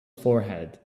forehead